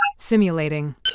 Simulating